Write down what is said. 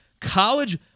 College